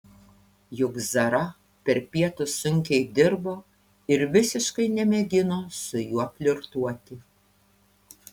juk zara per pietus sunkiai dirbo ir visiškai nemėgino su juo flirtuoti